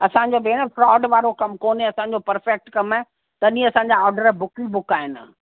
असांजा भेण फ्रॉड वारो कम कोन्हे असांजो परफैक्ट कम तॾहिं असांजा ऑडर बुक ई बुक आहिनि